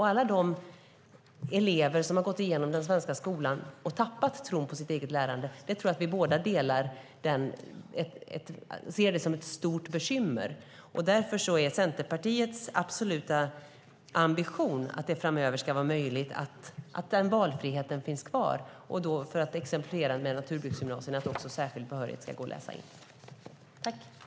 Alla de elever som har gått igenom den svenska skolan och tappat tron på sin egen förmåga att lära tror jag att vi båda ser som ett stort bekymmer. Därför är det Centerpartiets absoluta ambition att valfriheten ska finnas kvar, för att exemplifiera med naturbruksgymnasierna, att också kunna läsa in särskild behörighet.